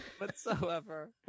whatsoever